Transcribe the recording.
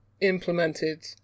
implemented